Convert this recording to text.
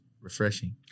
refreshing